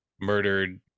murdered